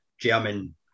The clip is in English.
German